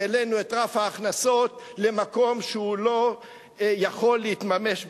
והעלינו את רף ההכנסות למקום שהוא לא יכול להתממש בכלל.